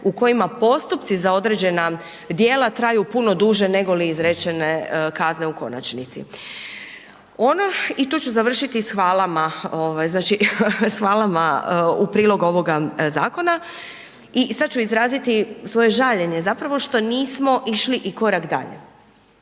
u kojima postupci za određena djela traju puno duže negoli izrečene kazne u konačnici. I tu ću završiti s hvalama u prilog ovog zakona. I sada ću izraziti svoje žaljenje zapravo što nismo išli korak dalje